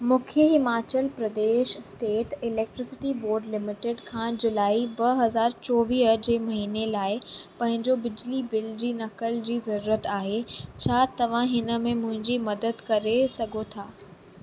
मूंखे Himachal Pradesh state electricity board limited खां जुलाई ब हज़ार चोवह जे महीने लाइ पंहिंजो बिजली बिल जी नकल जी ज़रूरत आहे छा तव्हां हिन में मुंहिंजी मदद करे सघो था